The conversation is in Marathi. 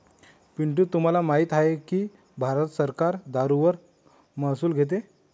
पिंटू तुम्हाला माहित आहे की भारत सरकार दारूवर महसूल घेते